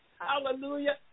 Hallelujah